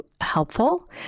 helpful